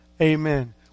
Amen